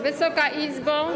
Wysoka Izbo!